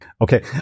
Okay